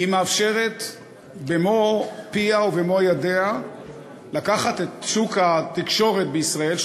היא מאפשרת במו-פיה ובמו-ידיה לקחת את שוק התקשורת בישראל,